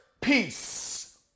peace